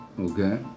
Okay